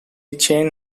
chain